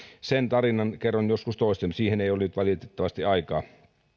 sen tarinan kerron joskus toiste siihen ei ole nyt valitettavasti aikaa